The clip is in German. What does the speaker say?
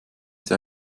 sie